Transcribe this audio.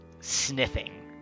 sniffing